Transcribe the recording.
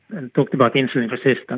and talked about insulin resistance,